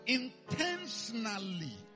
intentionally